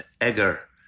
Egger